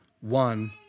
one